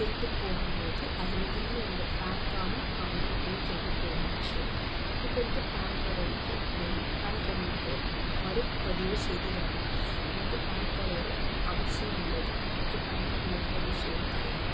திருட்டு போகும் போது அதில் இருந்த என்னோடய பேன் கார்டும் காணாமல் போய் திருடி போயிடுச்சு இப்போ இருக்க பேன் கார்டு எனக்கு வேணும் பேன் கார்டு எனக்கு மறுபதிவு செய்து தரணும் எனக்கு பேன் கார்டோடய அவசியம் உள்ளது எனக்கு பேன் கார்ட் மறுபதிவு செய்து தாருங்கள்